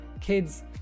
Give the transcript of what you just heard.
kids